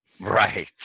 Right